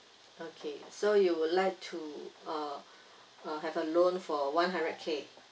okay so you would like to uh uh have a loan for one hundred K